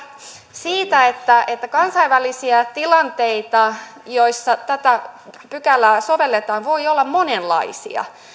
siitä että että kansainvälisiä tilanteita joissa tätä pykälää sovelletaan voi olla monenlaisia